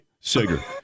Sager